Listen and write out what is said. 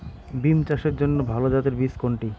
বিম চাষের জন্য ভালো জাতের বীজ কোনটি?